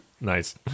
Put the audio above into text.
Nice